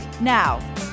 Now